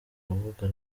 rubuga